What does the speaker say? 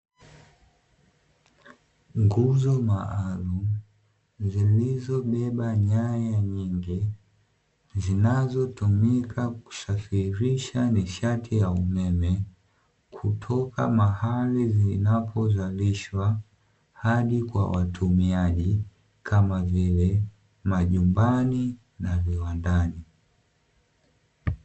Nguzo maalumu zilizobeba nyaya nyingi zinazotumika kusafirisha nishati ya umeme kutoka mahali zinapozalishwa hadi kwa watumiaji kama vile majumbani na viwandani.